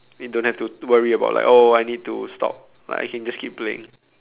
you don't have to worry about like oh I need to stop like I can just keep playing